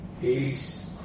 Peace